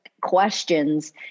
questions